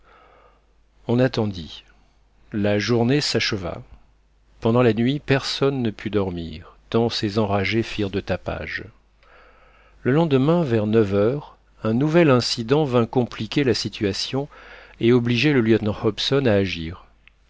on attendit la journée s'acheva pendant la nuit personne ne put dormir tant ces enragés firent de tapage le lendemain vers neuf heures un nouvel incident vint compliquer la situation et obliger le lieutenant hobson à agir